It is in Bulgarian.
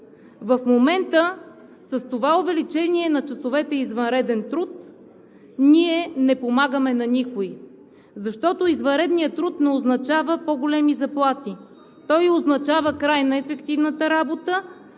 В момента с това увеличение на часовете извънреден труд ние не помагаме на никого. Защото извънредният труд не означава по-големи заплати. Той означава край на ефективната работа,